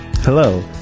Hello